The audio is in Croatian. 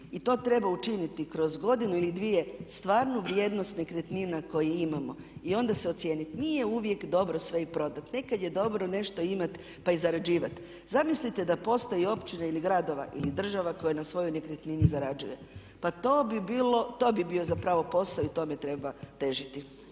i to treba učiniti kroz godinu ili dvije stvarnu vrijednost nekretnina koje imamo i onda se ocijeniti, nije uvijek dobro sve i prodati, nekada je dobro nešto i imati pa i zarađivati. Zamislite da postoje i općina ili gradova ili država koje na svojoj nekretnini zarađuje, pa to bi bilo, to bi bio zapravo posao i tome treba težiti.